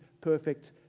perfect